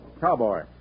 Cowboy